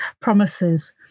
promises